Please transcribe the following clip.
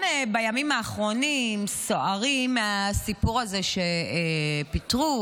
בימים האחרונים כולם סוערים מהסיפור הזה שפיטרו,